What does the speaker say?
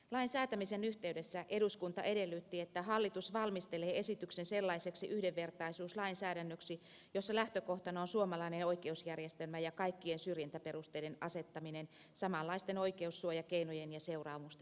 lain säätämisen yhteydessä eduskunta edellytti että hallitus valmistelee esityksen sellaiseksi yhdenvertaisuuslainsäädännöksi jossa lähtökohtana on suomalainen oikeusjärjestelmä ja kaikkien syrjintäperusteiden asettaminen samanlaisten oikeussuojakeinojen ja seuraamusten piiriin